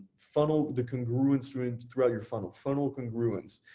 funnel, the congruence throughout throughout your funnel, funnel congruence.